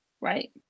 Right